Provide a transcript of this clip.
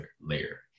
layer